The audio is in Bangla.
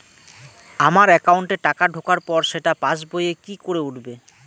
আমার একাউন্টে টাকা ঢোকার পর সেটা পাসবইয়ে কি করে উঠবে?